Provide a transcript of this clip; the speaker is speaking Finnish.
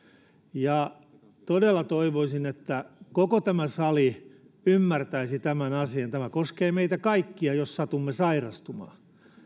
ja todella toivoisin että koko tämä sali ymmärtäisi tämän asian tämä koskee meitä kaikkia jos satumme sairastumaan